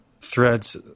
threads